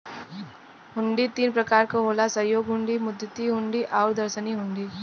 हुंडी तीन प्रकार क होला सहयोग हुंडी, मुद्दती हुंडी आउर दर्शनी हुंडी